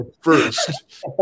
first